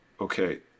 okay